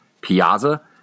Piazza